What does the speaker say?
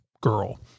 girl